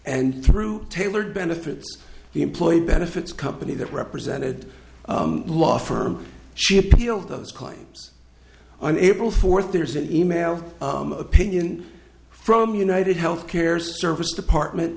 and through tailored benefits the employee benefits company that represented law firm she appealed those claims on april fourth there's an email opinion from united health care service department